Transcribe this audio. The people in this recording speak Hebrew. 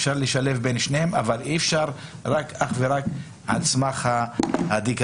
אפשר לשלב בין שניהם אבל אי אפשר אך ורק על סמך הדיגיטל.